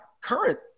current